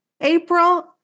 April